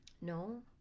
No